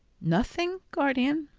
nothing, guardian.